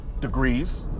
degrees